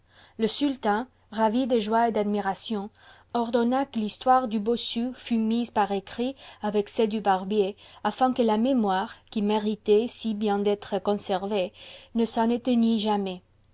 le sultan ravi de joie et d'admiration ordonna que l'histoire du bossu fût mise par écrit avec celle du barbier afin que la mémoire qui méritait si bien d'être conservée ne s'en éteignit jamais